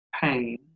pain